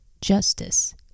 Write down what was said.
justice